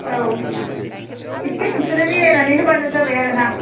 औ इसे नोंसोरो मिलाइनानै होबानो जाबाय आरो ना